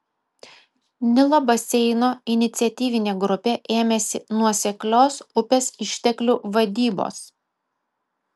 nilo baseino iniciatyvinė grupė ėmėsi nuoseklios upės išteklių vadybos